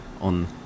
on